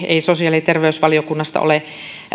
ei sosiaali ja terveysvaliokunnasta ole